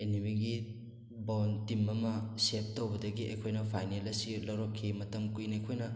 ꯑꯦꯅꯤꯃꯤꯒꯤ ball team ꯑꯃ save ꯇꯧꯕꯗꯒꯤ ꯑꯩꯈꯣꯏꯅ ꯐꯥꯏꯅꯦꯜ ꯑꯁꯤ ꯂꯧꯔꯛꯈꯤ ꯃꯇꯝ ꯀꯨꯏꯅ ꯑꯩꯈꯣꯏꯅ